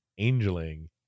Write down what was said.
Angeling